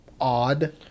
odd